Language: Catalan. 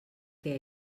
què